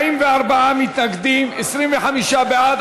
44 מתנגדים, 25 בעד.